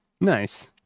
Nice